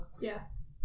Yes